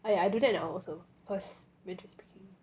ya ya I do that now also cause mandarin speaking